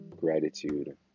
gratitude